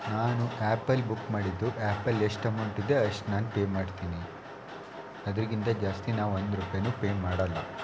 ನಾನು ಆ್ಯಪಲ್ಲಿ ಬುಕ್ ಮಾಡಿದ್ದು ಆ್ಯಪಲ್ಲಿ ಎಷ್ಟು ಅಮೌಂಟಿದೆ ಅಷ್ಟು ನಾನು ಪೇ ಮಾಡ್ತೀನಿ ಅದ್ರಕ್ಕಿಂತ ಜಾಸ್ತಿ ನಾನು ಒಂದು ರೂಪಾಯಿನು ಪೇ ಮಾಡೋಲ್ಲ